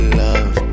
love